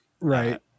right